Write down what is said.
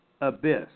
abyss